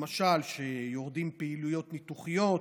למשל כשיורדות פעילויות ניתוחיות,